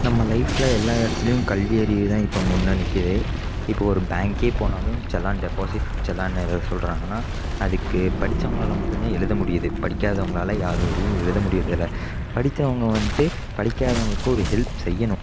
நம்ம லைஃப்பில் எல்லா இடத்துலயும் கல்வி அறிவுதான் இப்போ முன்னே நிற்கிது இப்போ ஒரு பேங்குக்கே போனாலும் சலான் டெப்பாசிட் சலான் எழுத சொல்லுறாங்கன்னா அதுக்கு படித்தவங்களால மட்டும்தான் எழுத முடியுது படிக்காதவங்களால் யாராலையும் எழுத முடியறது இல்லை படித்தவங்க வன்ட்டு படிக்காதவர்களுக்கு ஒரு ஹெல்ப் செய்யணும்